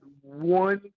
one